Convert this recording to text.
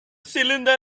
cylinder